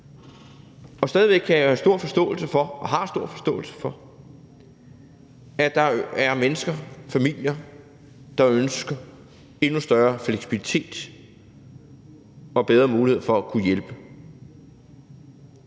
af dem. Og jeg har jo stadig væk stor forståelse for, at der er mennesker, familier, der ønsker en endnu større fleksibilitet og bedre mulighed for at kunne hjælpe,